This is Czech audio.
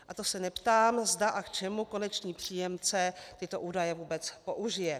A to se neptám, zda a k čemu konečný příjemce tyto údaje vůbec použije.